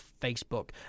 facebook